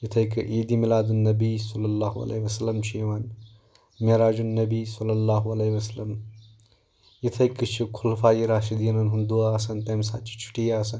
یِتھَے کٔنۍ عید میلادالنبیّ صلی اللہ علیہ وسلم چھ یِوان معراج النبی صلی اللہ علیہ وسلم یِتھَے کٔنۍ چھ خُلفاے راشدیٖنَن ہُنٛد دۄہ آسان تَمِہ ساتہٕ چھِ چُھٹی آسان